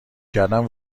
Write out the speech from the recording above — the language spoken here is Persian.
کردن